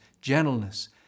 gentleness